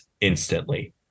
instantly